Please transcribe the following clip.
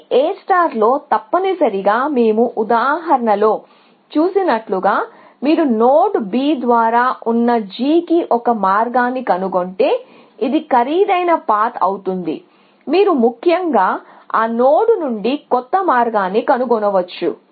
కానీ A లో తప్పనిసరిగా మేము ఉదాహరణలో చూసినట్లుగా మీరు నోడ్ B ద్వారా ఉన్న G కి ఒక మార్గాన్ని కనుగొంటే ఇది ఖరీదైన పాత్ అవుతుంది మీరు ముఖ్యంగా ఆ నోడ్ నుండి కొత్త మార్గాన్ని కనుగొనవచ్చు